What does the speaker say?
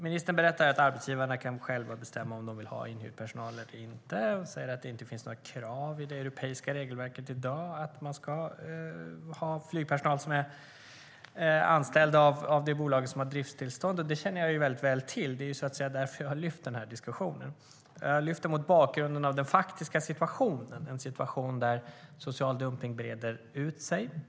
Ministern berättar att arbetsgivarna själva kan bestämma om de vill ha inhyrd personal eller inte och säger att det inte finns några krav i det europeiska regelverket i dag på att man ska ha flygpersonal som är anställd av bolaget som har drifttillstånd. Det känner jag väl till. Det är därför jag har lyft upp diskussionen. Jag har lyft upp den mot bakgrund av den faktiska situationen, en situation där social dumpning breder ut sig.